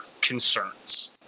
concerns